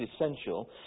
essential